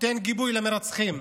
נותן גיבוי למרצחים.